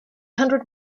hundred